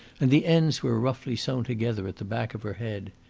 and the ends were roughly sewn together at the back of her head.